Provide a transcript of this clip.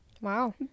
Wow